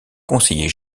conseiller